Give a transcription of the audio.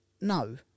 No